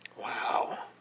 Wow